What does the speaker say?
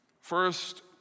First